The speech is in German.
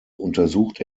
untersucht